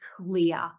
clear